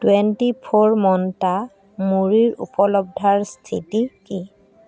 twenty four Mantra মুড়িৰ উপলব্ধতাৰ স্থিতি কি